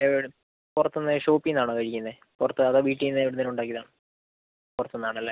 എവിടെ പുറത്തുനിന്ന് ഷോപ്പിൽ നിന്നാണോ കഴിക്കുന്നത് പുറത്ത് അതോ വീട്ടിൽ നിന്ന് എവിടുന്നെങ്കിലും ഉണ്ടാക്കിയതാണോ പുറത്തുനിന്നാണല്ലേ